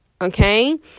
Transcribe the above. okay